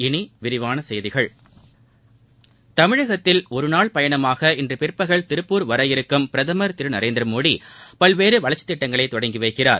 இனி விரிவான செய்திகள் தமிழகத்தில் ஒருநாள் பயணமாக இன்று பிற்பகல் திருப்பூர் வரவிருக்கும் பிரதமர் திரு நரேந்திரமோடி பல்வேறு வளர்ச்சி திட்டங்களை தொடங்கி வைக்கிறார்